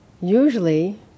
Usually